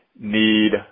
need